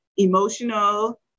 Emotional